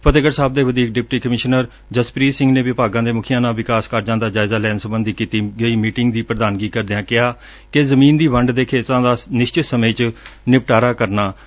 ਫਤਹਿਗਤ਼ ਸਾਹਿਬ ਦੇ ਵਧੀਕ deputy commissioner Jaspreet Singh ਨੇ ਵਿਭਾਗਾਂ ਦੇ ਮੁਖੀਆਂ ਨਾਲ ਵਿਕਾਸ ਕਾਰਜਾਂ ਦਾ ਜਾਇਜ਼ਾ ਲੈਣ ਸਬੰਧੀ ਕੀਤੀ ਗਈ ਮੀਟਿੰਗ ਦੀ ਪ੍ਰਧਾਨਗੀ ਕਰਦਿਆਂ ਕਿਹਾ ਕਿ ਜ਼ਮੀਨ ਦੀ ਵੰਡ ਦੇ ਕੇਸਾਂ ਦਾ ਨਿਸ਼ਚਤ ਸਮੇਂ ਵਿੱਚ ਨਿਪਟਾਰਾ ਕਰਨਾ ਯਕੀਨੀ ਬਣਾਇਆ ਜਾਵੇ